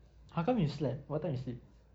how come you slept what time you sleep